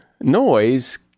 Noise